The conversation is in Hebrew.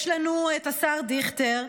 יש לנו את השר דיכטר,